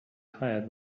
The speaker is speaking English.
tired